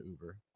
Uber